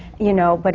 you know. but